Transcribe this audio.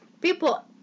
People